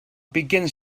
begins